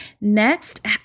Next